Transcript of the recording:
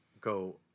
go